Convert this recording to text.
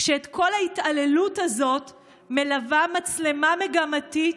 כשאת כל ההתעללות הזאת מלווה מצלמה מגמתית